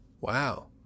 wow